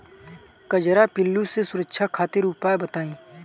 कजरा पिल्लू से सुरक्षा खातिर उपाय बताई?